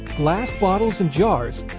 glass bottles and jars,